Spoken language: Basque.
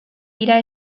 dira